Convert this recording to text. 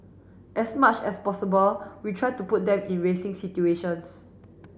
as much as possible we try to put them in racing situations